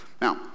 Now